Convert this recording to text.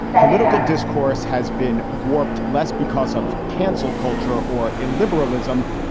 political discourse has been warped less because of canceled culture or illiberalism.